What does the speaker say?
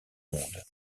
monde